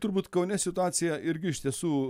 turbūt kaune situacija irgi iš tiesų